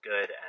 good